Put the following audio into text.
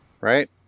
right